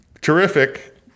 terrific